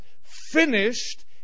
finished